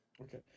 Okay